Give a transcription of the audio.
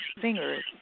singers